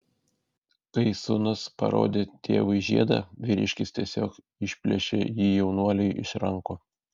kai sūnus parodė tėvui žiedą vyriškis tiesiog išplėšė jį jaunuoliui iš rankų